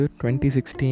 2016